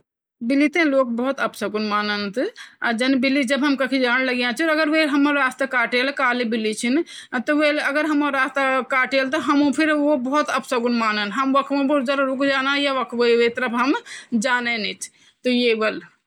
जू मांस च न जे जे बुदीन हम हैमबर्गर बणोंदा जू मांस च वे ता हमुन क्य करूण की तरह तरह जू जड़ी बूटीयां च वे मिश्रण दगड ध्वूण च उ अच्छी तरह से अ वे अच्छी ध्वे के वे मैरिनेट करके करणा बाद वे ता ग्रिल करोण ग्रिल कोण मतलब की वे पीषण च ग्रिल कोण मतलब सुख़ोंण च वे त अर फिर वे पीसी त न अच्छी त जुड़ त अ जे बुदीन क्य उ जो हम वे खाला त वे बुदीन हमू तै नुक़सान नी वोलू